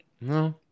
No